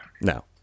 No